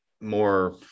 more